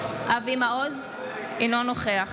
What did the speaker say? מעוז, אינו נוכח